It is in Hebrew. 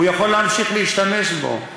הוא יכול להמשיך להשתמש בו,